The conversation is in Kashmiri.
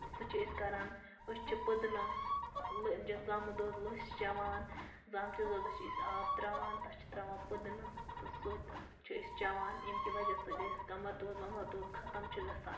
سۄ چھِ أسۍ کَران أسۍ چھِ پُدنہٕ زامُت دۄدھ لٔسۍ چیٚوان زامتِس دۄدھَس چھِ أسۍ آب ترٛاوان تَتھ چھِ ترٛاوان پُدنہٕ تہٕ سُہ تہِ چھِ أسۍ چیٚوان ییٚمہِ کہِ وَجہ سۭتۍ اسہِ کَمَر دود وَمَر دود ختم چھُ گَژھان